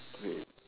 wait